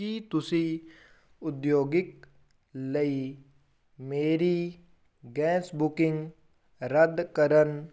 ਕੀ ਤੁਸੀਂ ਉਦਯੋਗਿਕ ਲਈ ਮੇਰੀ ਗੈਸ ਬੁਕਿੰਗ ਰੱਦ ਕਰਨ